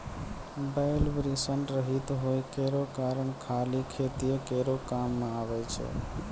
बैल वृषण रहित होय केरो कारण खाली खेतीये केरो काम मे आबै छै